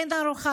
אין הערכה,